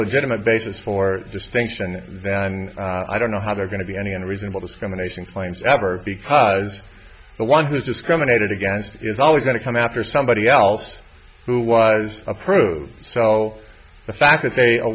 legitimate basis for distinction then i don't know how they're going to be any unreasonable discrimination claims ever because the one who's discriminated against is always going to come after somebody else who was approved so the fact that they